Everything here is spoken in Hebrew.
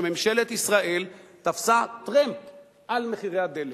שממשלת ישראל תפסה טרמפ על מחירי הדלק,